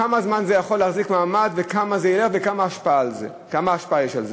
כמה זמן זה יכול להחזיק מעמד וכמה זה ילך וכמה השפעה יש על זה?